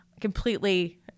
completely